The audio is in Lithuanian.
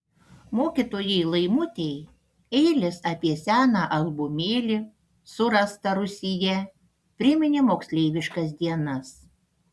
mokytojai laimutei eilės apie seną albumėlį surastą rūsyje priminė moksleiviškas dienas